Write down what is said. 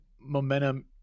momentum